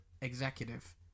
executive